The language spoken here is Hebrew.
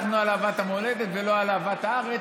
הלכנו על אהבת המולדת ולא על אהבת הארץ